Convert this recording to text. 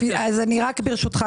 ברשותך.